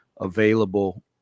available